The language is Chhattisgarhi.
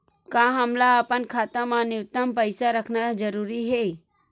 का हमला अपन खाता मा न्यूनतम पईसा रखना जरूरी हे?